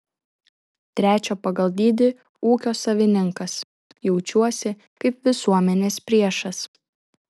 trečio pagal dydį ūkio savininkas jaučiuosi kaip visuomenės priešas